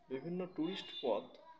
বিভিন্ন ট্যুরিস্ট পথ